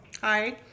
Hi